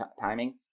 timing